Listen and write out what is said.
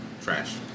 trash